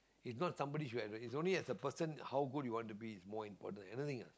is not somebody should have is only as a person how good you want to be is more important that's the thing